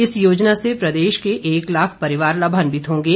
इस योजना से प्रदेश के एक लाख परिवार लाभान्वित होंगे